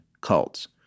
cults